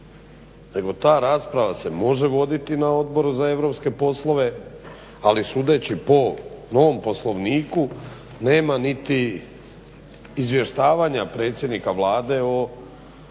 nego ta rasprava se može voditi na Odboru za europske poslove, ali sudeći po novom Poslovniku nema niti izvještavanja predsjednika Vlade o